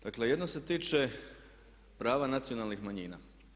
Dakle jedno se tiče prava nacionalnih manjina.